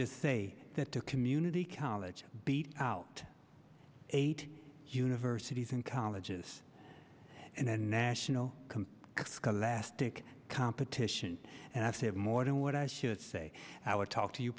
just say that the community college beat out eight universities and colleges and national scale lastic competition and i've had more than what i should say i would talk to you